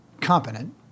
competent